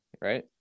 right